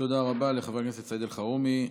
תודה רבה לחבר הכנסת סעיד אלחרומי.